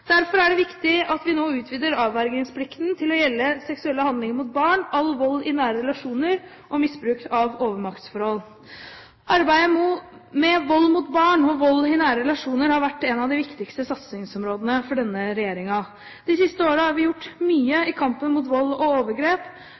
Derfor er det viktig at vi nå utvider avvergingsplikten til å gjelde seksuelle handlinger mot barn, all vold i nære relasjoner og misbruk av overmaktsforhold. Arbeidet med vold mot barn og vold i nære relasjoner har vært et av de viktigste satsingsområdene for denne regjeringen. De siste årene har vi gjort mye i kampen mot vold og overgrep.